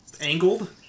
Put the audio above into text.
angled